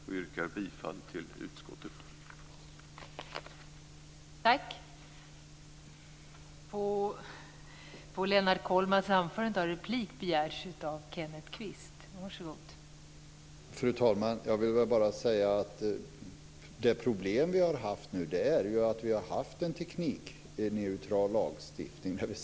Jag yrkar bifall till utskottets förslag.